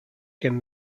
can